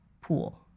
pool